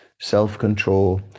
self-control